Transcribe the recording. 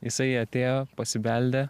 jisai atėjo pasibeldė